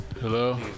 Hello